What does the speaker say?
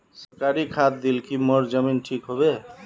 सरकारी खाद दिल की मोर जमीन ठीक होबे?